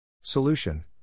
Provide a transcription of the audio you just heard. Solution